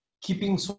keeping